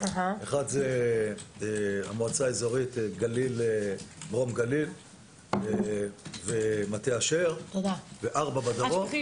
אחד זה במועצה האזורית מרום גליל ומטה אשר וארבעה בגליל.